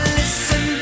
listen